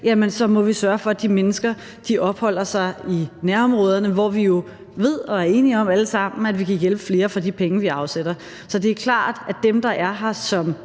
må vi sørge for, at de mennesker opholder sig i nærområderne, hvor vi jo ved – og det er vi enige om alle sammen – at vi kan hjælpe flere for de penge, vi afsætter. Så det er klart, at dem, der er her som